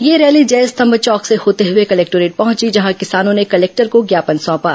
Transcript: यह रैली जयस्तम चौक से होते हुए कलेक्टोरेट पहुंची जहां किसानों ने कलेक्टर को ज्ञापन सौंपा